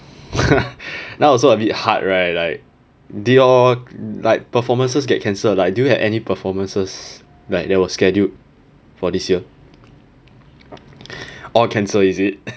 now also a bit hard right like did your like performances get cancelled like do you have any performances like that was scheduled for this year all cancel is it